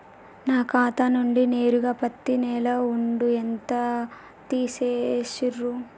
నా ఖాతా నుండి నేరుగా పత్తి నెల డబ్బు ఎంత తీసేశిర్రు?